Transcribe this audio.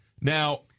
Now